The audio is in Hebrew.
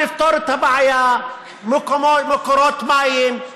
מקורות מים,